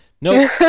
no